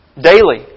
daily